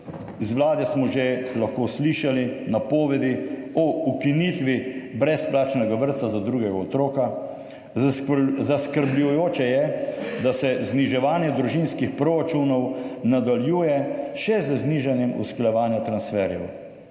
Iz Vlade smo že lahko slišali napovedi o ukinitvi brezplačnega vrtca za drugega otroka. Zaskrbljujoče je, da se zniževanje družinskih proračunov nadaljuje še z znižanjem usklajevanja transferjev.